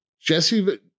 Jesse